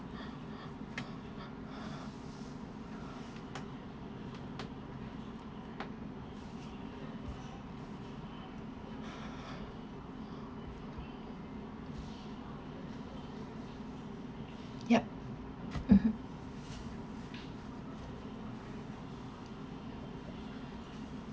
yup mmhmm